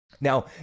Now